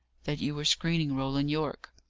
that you were screening roland yorke.